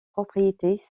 propriétés